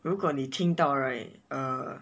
如果你听到 right